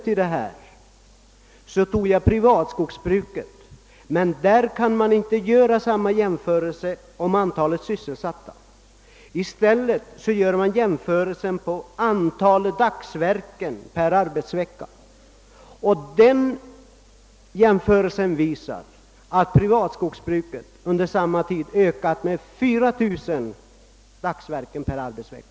I privatskogsbruket kan man inte göra samma jämförelse med antalet sysselsatta, utan i stället räknar man antalet dagsverken per vecka. En sådan jämförelse visar att sysselsättningen i privatskogsbruket under samma tid ökade med 4 000 dagsverken per arbetsvecka.